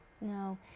no